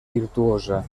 virtuosa